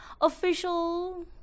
official